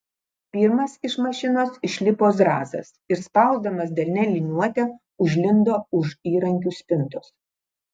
pirmas iš mašinos išlipo zrazas ir spausdamas delne liniuotę užlindo už įrankių spintos